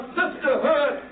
sisterhood